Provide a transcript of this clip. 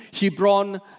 Hebron